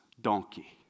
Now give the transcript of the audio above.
donkey